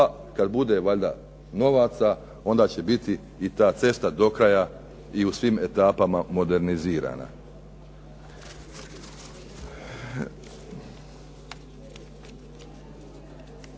Pa kad bude valjda novaca onda će biti i ta cesta do kraja i u svim etapama modernizirana.